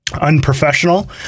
unprofessional